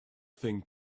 thing